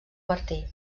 martí